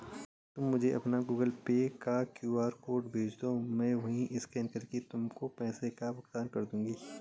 तुम मुझे अपना गूगल पे का क्यू.आर कोड भेजदो, मैं वहीं स्कैन करके तुमको पैसों का भुगतान कर दूंगी